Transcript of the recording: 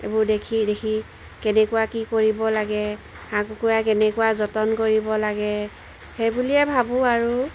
এইবোৰ দেখি দেখি কেনেকুৱা কি কৰিব লাগে হাঁহ কুকুৰা কেনেকুৱা যতন কৰিব লাগে সেই বুলিয়ে ভাবোঁ আৰু